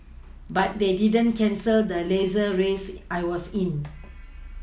but they didn't cancel the Laser race I was in